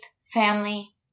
family